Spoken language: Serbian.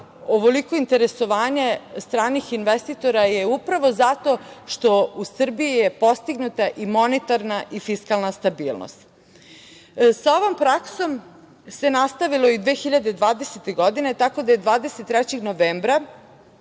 ovoliko interesovanje stranih investitora je upravo zato što je u Srbiji postignuta i monetarna i fiskalna stabilnost. Sa ovom praksom se nastavilo i 2020. godine, tako da je 23. novembra